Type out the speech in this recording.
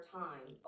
time